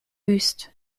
wüst